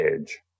edge